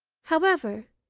however,